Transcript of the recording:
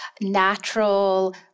natural